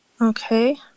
Okay